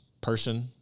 person—